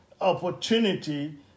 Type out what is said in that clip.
opportunity